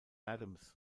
adams